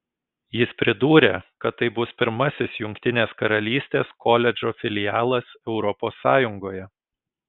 jis pridūrė kad tai bus pirmasis jungtinės karalystės koledžo filialas europos sąjungoje